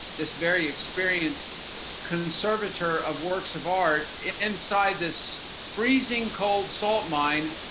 this very experienced conservator of works of art, inside this freezing cold salt mine,